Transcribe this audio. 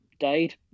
died